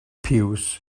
piws